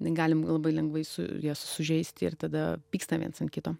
galim labai lengvai su jas sužeisti ir tada pykstam viens ant kito